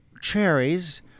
cherries